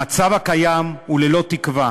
המצב הקיים הוא ללא תקווה,